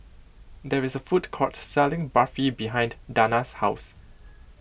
there is a food court selling Barfi behind Dana's house